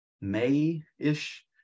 May-ish